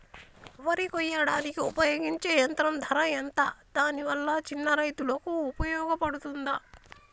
వరి కొయ్యడానికి ఉపయోగించే యంత్రం ధర ఎంత దాని వల్ల చిన్న రైతులకు ఉపయోగపడుతదా?